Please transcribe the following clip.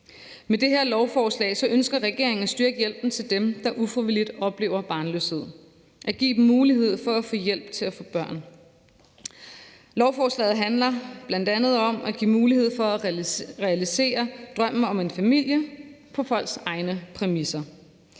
Med det her lovforslag ønsker regeringen at styrke hjælpen til dem, der ufrivilligt oplever barnløshed, og give dem mulighed for at få hjælp til at få børn. Lovforslaget handler bl.a. om at give mulighed for at realisere drømmen om en familie på folks egne præmisser.